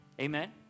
Amen